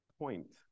point